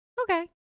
Okay